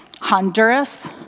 Honduras